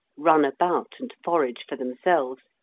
run about and forage for themselves,